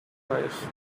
noise